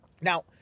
Now